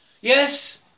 Yes